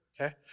okay